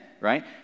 right